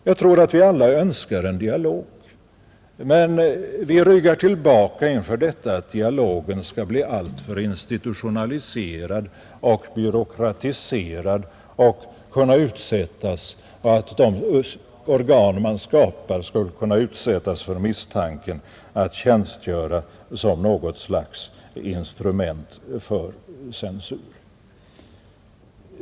Jag tror att vi alla önskar en dialog, men vi ryggar tillbaka inför detta att dialogen skall bli alltför institutionaliserad och byråkratiserad och att de organ man skapar skulle kunna utsättas för misstanken att tjänstgöra som något slags instrument för censur.